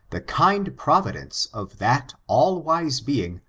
the kind providence of that all-wise being,